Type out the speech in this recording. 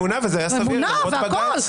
ומונה והכול,